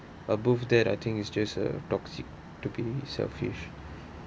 above that I think is just a toxic to be selfish